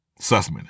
Sussman